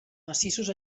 massissos